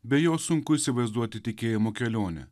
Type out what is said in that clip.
be jo sunku įsivaizduoti tikėjimo kelionę